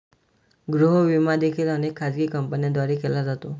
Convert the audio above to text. गृह विमा देखील अनेक खाजगी कंपन्यांद्वारे केला जातो